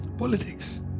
Politics